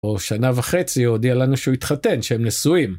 או שנה וחצי הוא הודיע לנו שהוא התחתן, שהם נשואים.